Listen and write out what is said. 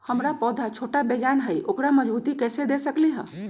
हमर पौधा छोटा बेजान हई उकरा मजबूती कैसे दे सकली ह?